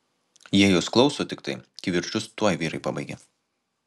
jei jos klauso tiktai kivirčus tuoj vyrai pabaigia